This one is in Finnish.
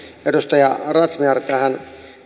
edustaja razmyar tähän